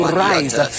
rise